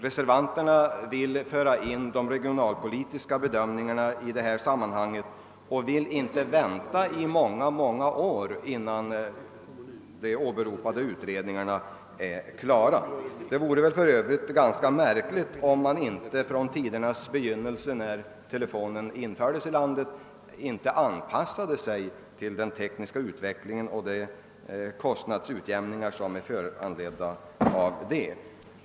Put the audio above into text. Reservanterna önskar föra in regionalpolitiska bedömningar i sammanhanget och vill inte vänta i åratal tills de åberopade utredningarna är klara. För övrigt vore det ganska märkligt om man inte i framtiden liksom hittills anspassar sig till den tekniska utvecklingen och företar de kostnadsutjämningar som föranleds därav.